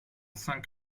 cinq